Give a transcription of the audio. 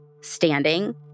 standing